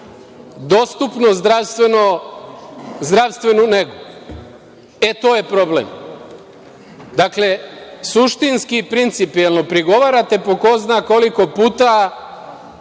dostupnu zdravstvenu negu. E, to je problem. Dakle, suštinski i principijelno prigovarate po ko zna koliko puta